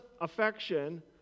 affection